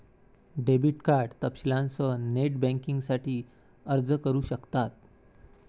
debit card तपशीलांसह net बँकिंगसाठी अर्ज करू शकतात